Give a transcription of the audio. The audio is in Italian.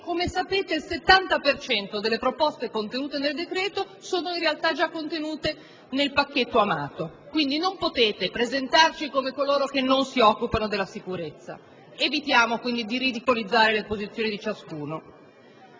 come sapete, il 70 per cento di quelle in esso comprese in realtà è già contenuto nel pacchetto Amato. Quindi non potete presentarci come coloro che non si occupano della sicurezza. Evitiamo, pertanto, di ridicolizzare le posizioni di ciascuno.